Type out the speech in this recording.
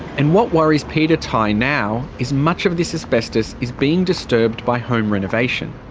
and what worries peter tighe now is much of this asbestos is being disturbed by home renovation.